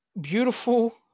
beautiful